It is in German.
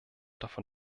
davon